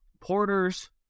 Porters